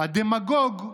"הדמגוג,